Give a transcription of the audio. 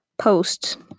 post